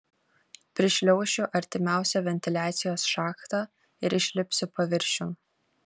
prišliaušiu artimiausią ventiliacijos šachtą ir išlipsiu paviršiun